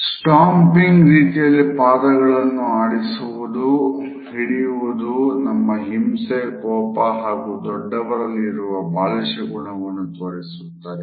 stomping ರೀತಿಯಲ್ಲಿ ಪಾದಗಳನ್ನು ಹಿಡಿಯುವುದು ನಮ್ಮ ಹಿಂಸೆ ಕೋಪ ಹಾಗು ದೊಡ್ಡವರಲ್ಲಿ ಇರುವ ಬಾಲಿಶ ಗುಣವನ್ನು ತೋರಿಸುತ್ತದೆ